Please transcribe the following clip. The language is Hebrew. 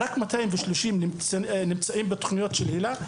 רק 230 נמצאים בתוכנית ׳הילה׳.